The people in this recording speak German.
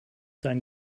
dein